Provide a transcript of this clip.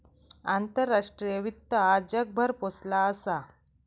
आंतराष्ट्रीय वित्त आज जगभर पोचला असा